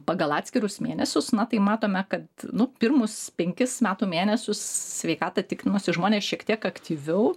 pagal atskirus mėnesius na tai matome kad nu pirmus penkis metų mėnesius sveikatą tikrinosi žmonės šiek tiek aktyviau